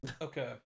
Okay